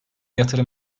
yatırım